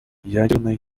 ядерный